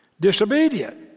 disobedient